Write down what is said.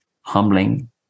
humbling